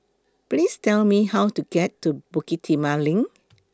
Please Tell Me How to get to Bukit Timah LINK